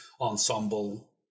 ensemble